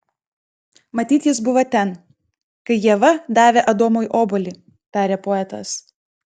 matyt jis buvo ten kai ieva davė adomui obuolį tarė poetas